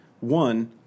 one